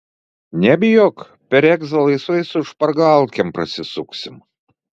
nebijok per egzą laisvai su špargalkėm prasisuksim